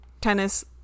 tennis